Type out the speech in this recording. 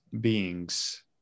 beings